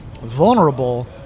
vulnerable